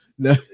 No